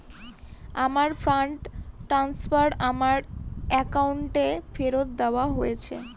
আমার fund transfer আমার অ্যাকাউন্টে ফেরত দেওয়া হয়েছে